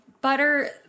butter